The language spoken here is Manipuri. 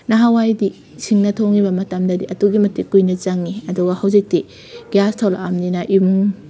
ꯅꯍꯥꯟꯋꯥꯏꯗꯤ ꯁꯤꯡꯅ ꯊꯣꯡꯉꯤꯕ ꯃꯇꯝꯗꯗꯤ ꯑꯗꯨꯛꯀꯤ ꯃꯇꯤꯛ ꯀꯨꯏꯅ ꯆꯪꯉꯤ ꯑꯗꯨꯒ ꯍꯧꯖꯤꯛꯇꯤ ꯒ꯭ꯌꯥꯁ ꯊꯣꯛꯂꯛꯑꯝꯅꯤꯅ ꯏꯃꯨꯡ